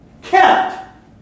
kept